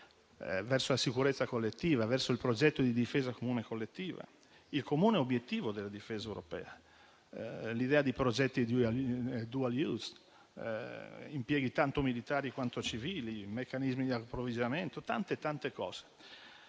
verso la sicurezza collettiva, verso il progetto di difesa comune collettiva, il comune obiettivo della difesa europea, l'idea di progetti *dual use*, con impieghi tanto militari quanto civili, e i meccanismi di approvvigionamento. Inoltre, c'è